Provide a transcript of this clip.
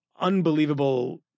unbelievable